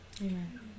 amen